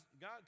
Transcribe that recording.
God